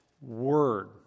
word